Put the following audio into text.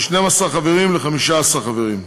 מ-12 חברים ל-15 חברים.